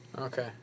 Okay